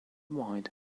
wide